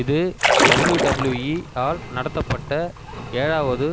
இது டபிள்யுடபிள்யுஇ ஆல் நடத்தப்பட்ட ஏழாவது